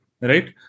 Right